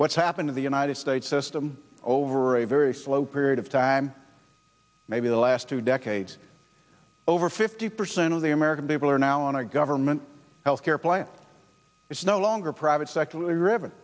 what's happened in the united states system over a very slow period of time maybe the last two decades over fifty percent of the american people are now on a government health care plan it's no longer private sector really rive